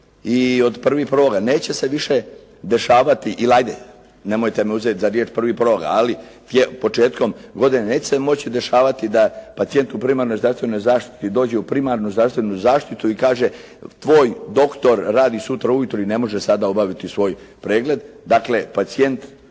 i od 1. 1. neće se više dešavati, ili ajde, nemojte me uzeti za riječ 1. 1., ali početkom godine neće se morati dešavati da pacijent u primarnoj zdravstvenoj zaštiti dođe u primarnu zdravstvenu zaštitu i kaže, tvoj doktor radi sutra ujutro i ne može sada obaviti svoj pregled. Dakle, pacijent